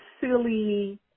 silly